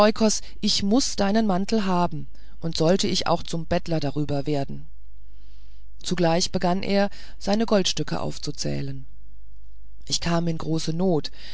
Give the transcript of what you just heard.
ich muß deinen mantel haben und sollte ich zum bettler darüber werden zugleich begann er seine goldstücke aufzuzählen ich kam in große not